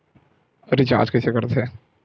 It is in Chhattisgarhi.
रिचार्ज कइसे कर थे?